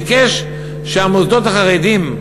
ביקש שהמוסדות החרדיים,